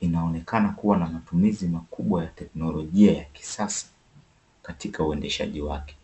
inaonekana kuwa namatumizi makubwa ya teknologia ya kisasa katika uendeshaji wake.